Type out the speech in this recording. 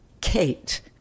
Kate